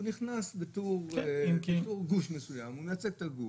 הוא נכנס בתור גוש מסוים, הוא מייצג את הגוש.